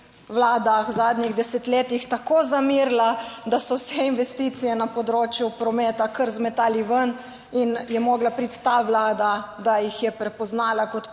vladah, v zadnjih desetletjih tako zamerila, da so vse investicije na področju prometa kar zmetali ven in je morala priti ta Vlada, da jih je prepoznala kot potrebne.